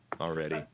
already